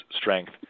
strength